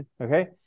okay